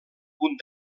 punt